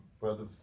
brother